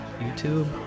YouTube